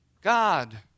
God